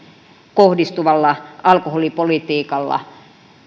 kohdistuvalla alkoholipolitiikalla